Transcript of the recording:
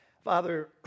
Father